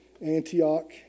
Antioch